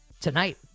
tonight